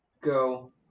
Go